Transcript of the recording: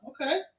Okay